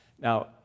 Now